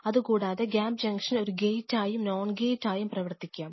അതുകൂടാതെ gap junction ഒരു gate ആയും നോൺ ഗേറ്റ് ആയും പ്രവർത്തിക്കാം